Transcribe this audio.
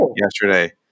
yesterday